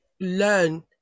learn